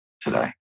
today